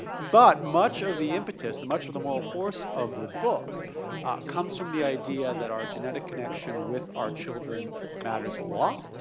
but much of the impetus and much of the moral force of the book comes from the idea that our genetic connection with our children matters a lot,